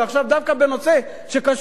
דווקא בנושא שקשור אליו,